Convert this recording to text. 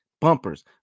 bumpers